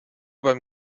beim